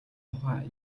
тухай